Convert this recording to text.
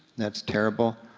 that's terrible.